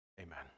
amen